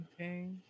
Okay